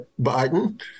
Biden